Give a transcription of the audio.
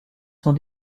sont